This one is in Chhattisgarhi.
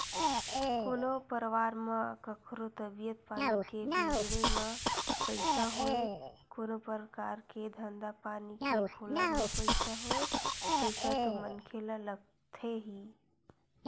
कोनो परवार म कखरो तबीयत पानी के बिगड़े म पइसा होय कोनो परकार के धंधा पानी के खोलब म पइसा होय पइसा तो मनखे ल लगथे ही